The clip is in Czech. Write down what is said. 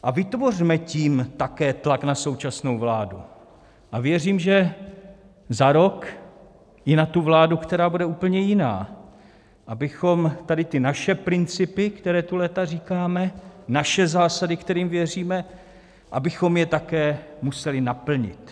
A vytvořme tím také tlak na současnou vládu, a věřím, že za rok i na tu vládu, která bude úplně jiná, abychom tady ty naše principy, které tu léta říkáme, naše zásady, kterým věříme, abychom je také museli naplnit.